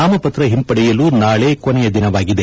ನಾಮಪತ್ರ ಶಿಂಪಡೆಯಲು ನಾಳೆ ಕೊನೆಯ ದಿನವಾಗಿದೆ